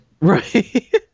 Right